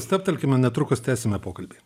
stabtelkime netrukus tęsime pokalbį